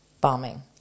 bombing